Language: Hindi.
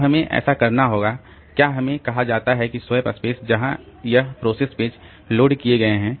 तो हमें ऐसा करना होगा क्या हमें कहा जाता है कि स्वैप स्पेस जहां यह प्रोसेस पेज लोड किए गए हैं